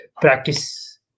practice